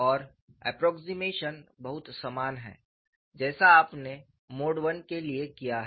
और अप्प्रोक्सिमेशन बहुत समान हैं जैसा आपने मोड I के लिए किया है